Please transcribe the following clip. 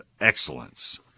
excellence